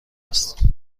است